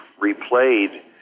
replayed